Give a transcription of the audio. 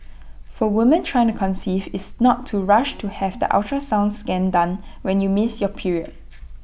for women trying to conceive is not to rush to have the ultrasound scan done when you miss your period